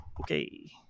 okay